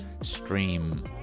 stream